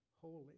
holy